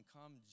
Come